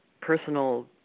personal